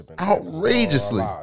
Outrageously